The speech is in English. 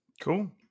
Cool